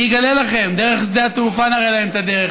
אני אגלה לכם: דרך שדה התעופה נראה להם את הדרך.